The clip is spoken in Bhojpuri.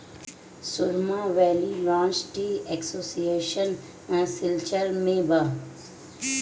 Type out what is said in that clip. सुरमा valley branch tea association Silchar में बा